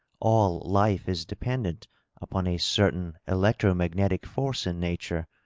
all life is dependent upon a certain electro-magnetic force in nature,